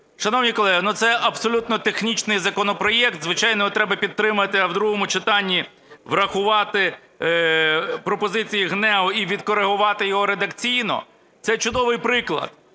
Шановні колеги, ну, це абсолютно технічний законопроект, звичайно, його треба підтримати, а в другому читанні врахувати пропозиції ГНЕУ і відкоригувати його редакційно. Це чудовий приклад,